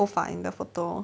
头发 in the photo